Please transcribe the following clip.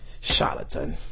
Charlatan